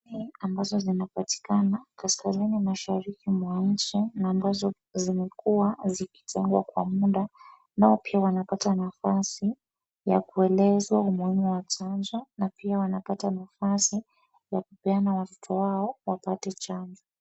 Hii ambazo zinapatikana kaskazini mashariki mwa nchi na ambazo zimekuwa zikitengwa kwa muda nao pia wanapata nafasi ya kueleza umuhimu wa chanjo na pia wanapata nafasi ya kupeana watoto wao wapate chanjo.